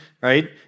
right